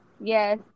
Yes